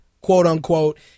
quote-unquote